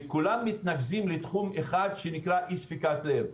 כולם מתנקזים לתחום אחד שנקרא אי ספיקת לב.